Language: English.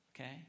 Okay